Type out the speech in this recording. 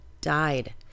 died